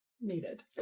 needed